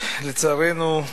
לצערנו,